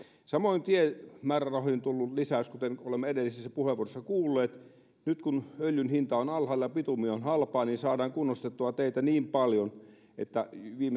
samoin tiemäärärahoihin on tullut lisäys kuten olemme edellisissä puheenvuoroissa kuulleet nyt kun öljyn hinta on alhaalla ja bitumi on halpaa niin saadaan kunnostettua teitä niin paljon että